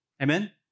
Amen